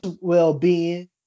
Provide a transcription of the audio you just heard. well-being